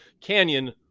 Canyon